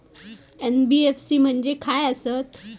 NBFC म्हणजे खाय आसत?